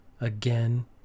again